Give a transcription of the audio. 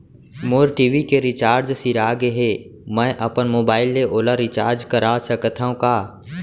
मोर TV के recharge सिरा गे हे, मैं अपन मोबाइल ले ओला रिचार्ज करा सकथव का?